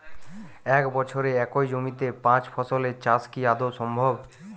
এক বছরে একই জমিতে পাঁচ ফসলের চাষ কি আদৌ সম্ভব?